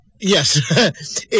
yes